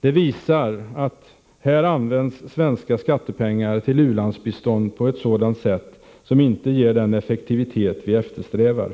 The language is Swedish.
Detta visar, menar jag, att svenska skattepengar här använts till u-landsbistånd på ett sätt som inte ger den effektivitet vi eftersträvar.